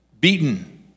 beaten